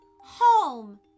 HOME